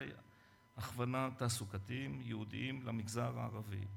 הכוונה תעסוקתית ייעודיים למגזר הערבי,